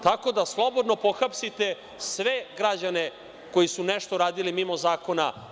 Tako da slobodno pohapsite sve građane koji su nešto radili mimo zakona.